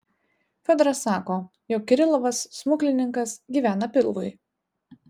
fiodoras sako jog kirilovas smuklininkas gyvena pilvui